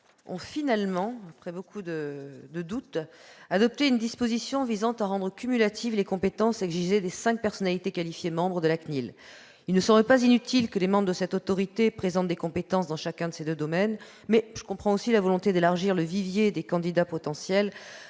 ont finalement, après de nombreux doutes, adopté une disposition visant à rendre cumulatives les compétences exigées des cinq personnalités qualifiées membres de la CNIL. Il ne me semble pas inutile que les membres de cette autorité présentent des compétences dans chacun de ces deux domaines. Mais je comprends aussi la volonté d'élargir le vivier des candidats potentiels